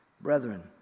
Brethren